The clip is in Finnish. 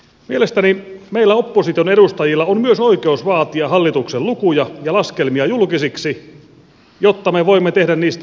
mielestäni meillä opposition edustajilla on myös oikeus vaatia hallituksen lukuja ja laskelmia julkisiksi jotta me voimme tehdä niistä omat arviomme